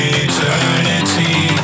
eternity